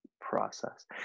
process